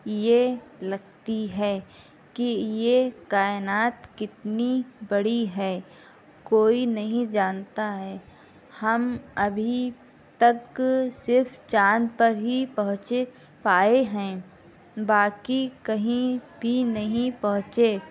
یہ لگتی ہے کہ یہ کائنات کتنی بڑی ہے کوئی نہیں جانتا ہے ہم ابھی تک صرف چاند پر ہی پہنچے پائے ہیں باقی کہیں بھی نہیں پہنچے